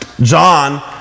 John